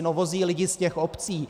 No vozí lidi z těch obcí.